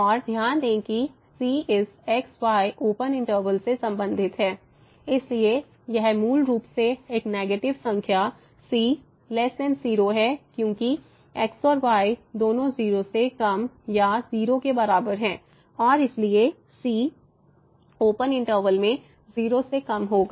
और ध्यान दें कि c इस x y ओपन इंटरवल से संबंधित है इसलिए यह मूल रूप से एक नेगेटिव संख्या c 0 है क्योंकि x और y दोनों 0 से कम या 0 के बराबर हैं और इसलिए c ओपन इंटरवल में 0 से कम होगा